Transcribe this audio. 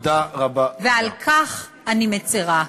ועל כך אני מצרה.